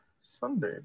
Sunday